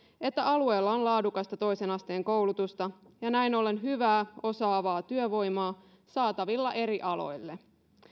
että alueella on laadukasta toisen asteen koulutusta ja näin ollen hyvää osaavaa työvoimaa saatavilla eri aloille